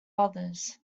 others